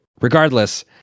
Regardless